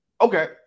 okay